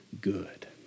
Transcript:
good